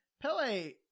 Pele